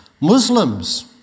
Muslims